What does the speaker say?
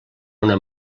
una